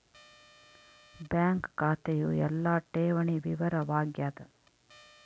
bank ಖಾತೆಯು ಎಲ್ಲ ಠೇವಣಿ ವಿವರ ವಾಗ್ಯಾದ